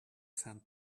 sand